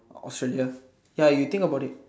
Australia ya you think about it